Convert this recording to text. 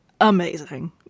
amazing